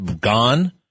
gone